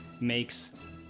makes